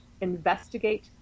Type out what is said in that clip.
Investigate